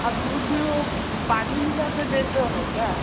आप दूध में वो पानी मिला कर देते हो क्या